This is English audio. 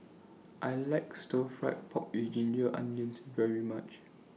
I like Stir Fry Pork with Ginger Onions very much